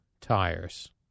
tires